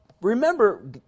Remember